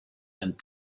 and